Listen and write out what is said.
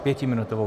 Pětiminutovou.